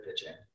pitching